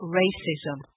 racism